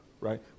right